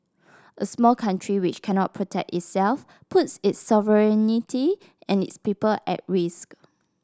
a small country which cannot protect itself puts its sovereignty and its people at risk